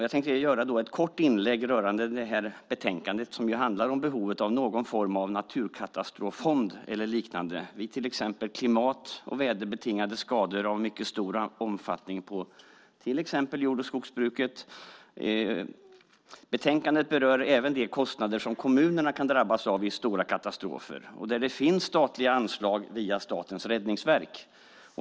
Jag tänkte göra ett kort inlägg rörande det här betänkandet som ju handlar om behovet av någon form av naturkatastroffond eller liknande vid till exempel klimat och väderbetingade skador av mycket stor omfattning på exempelvis jord och skogsbruket. Betänkandet berör även de kostnader som kommunerna kan drabbas av vid stora katastrofer och där det finns statliga anslag via Statens räddningsverk.